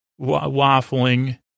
waffling